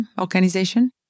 organization